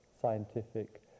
scientific